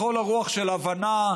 לכל הרוח של הבנה,